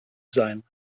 sein